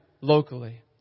locally